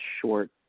short